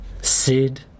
Sid